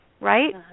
right